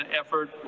effort